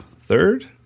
third